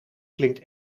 klinkt